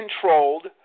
controlled